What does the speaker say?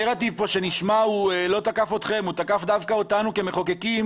הנרטיב פה שנשמע תקף לא אתכם אלא דווקא אותנו כמחוקקים